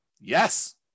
Yes